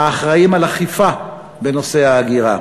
האחראים על אכיפה בנושאי ההגירה,